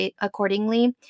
accordingly